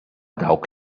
dawk